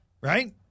right